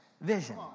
Vision